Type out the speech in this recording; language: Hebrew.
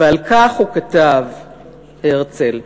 ועל כך כתב הרצל: